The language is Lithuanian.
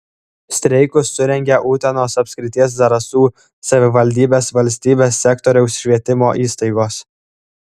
streikus surengė utenos apskrities zarasų savivaldybės valstybės sektoriaus švietimo įstaigos